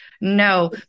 no